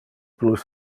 plus